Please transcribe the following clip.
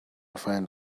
find